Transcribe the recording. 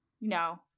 No